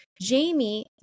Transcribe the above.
Jamie